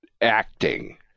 acting